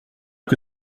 que